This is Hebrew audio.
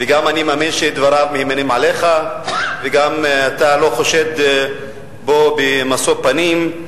ואני מאמין שדבריו גם נאמנים עליך וגם אתה לא חושד בו במשוא פנים,